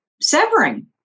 severing